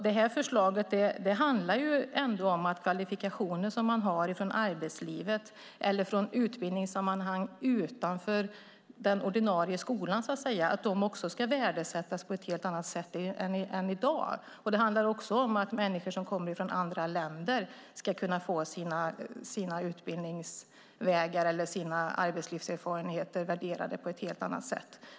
Det här förslaget handlar om att kvalifikationer som man har fått i arbetslivet eller från utbildningssammanhang utanför den ordinarie skolan ska värdesättas på ett helt annat sätt än i dag. Det handlar också om att människor som kommer från andra länder ska kunna få sina utbildningsvägar eller arbetslivserfarenheter värderade på ett helt annat sätt.